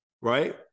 Right